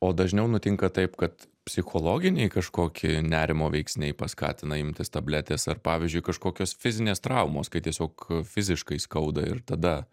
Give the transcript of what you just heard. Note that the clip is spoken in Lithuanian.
o dažniau nutinka taip kad psichologiniai kažkokie nerimo veiksniai paskatina imtis tabletės ar pavyzdžiui kažkokios fizinės traumos kai tiesiog fiziškai skauda ir tada